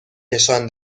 نشان